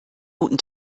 guten